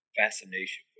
fascination